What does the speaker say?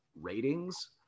ratings